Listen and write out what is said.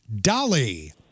Dolly